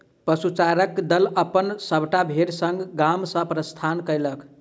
पशुचारणक दल अपन सभटा भेड़ संग गाम सॅ प्रस्थान कएलक